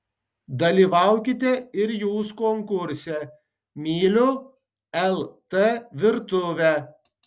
dalyvaukite ir jūs konkurse myliu lt virtuvę